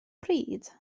pryd